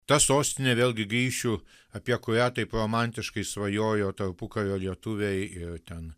ta sostinė vėlgi grįšiu apie kurią taip romantiškai svajojo tarpukario lietuviai ir ten